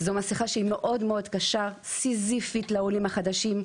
זו מסכת מאוד מאוד קשה וסיזיפית עבור העולים החדשים,